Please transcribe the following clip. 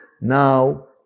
now